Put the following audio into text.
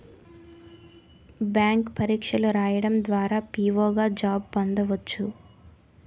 bank పరీక్షలు రాయడం ద్వారా పిఓ గా జాబ్ పొందవచ్చు